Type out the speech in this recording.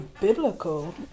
biblical